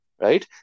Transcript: Right